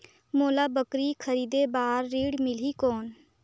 मोला बकरी खरीदे बार ऋण मिलही कौन?